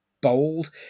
bold